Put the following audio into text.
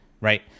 right